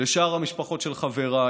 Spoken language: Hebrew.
ולשאר המשפחות של חבריי,